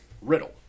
riddle